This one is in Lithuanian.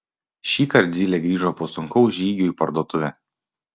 šįkart zylė grįžo po sunkaus žygio į parduotuvę